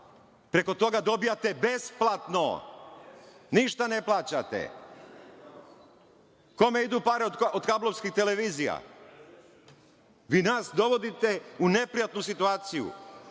Preko toga dobijate besplatno, ništa ne plaćate. Kome idu pare od kablovskih televizija? Vi nas dovodite u neprijatnu situaciju